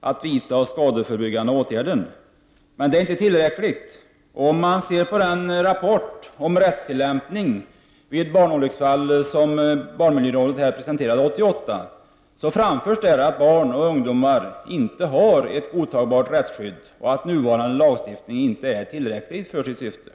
att vidta skadeförebyggande åtgärder, men detta är inte tillräckligt. I den rapport om rättstillämpningen vid barnolycksfall som barnmiljörådet presenterade 1988 påpekas att barn och ungdomar inte har ett godtagbart rättsskydd och att nuvarande lagstiftning inte är tillräcklig för sitt syfte.